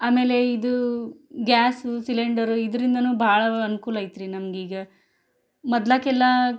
ಆಮೇಲೆ ಇದು gas cylinder ಇದ್ರಿಂದಲೂ ಭಾಳ ಅನ್ಕೂಲ ಐತ್ರಿ ನಮಗೀಗ ಮೊದ್ಲಿಗೆಲ್ಲ